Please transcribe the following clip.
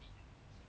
mm